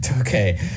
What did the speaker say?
Okay